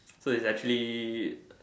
so its actually